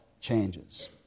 changes